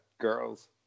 girls